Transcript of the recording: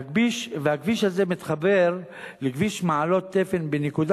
הכביש הזה מתחבר לכביש מעלות תפן בנקודה